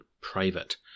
private